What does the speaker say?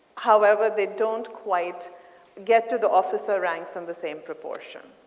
however they don't quite get to the officer ranks of the same proportion.